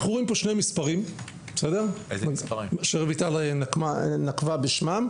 אנחנו רואים פה שני מספרים שוורד נקבה בשמם